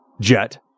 jet